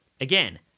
Again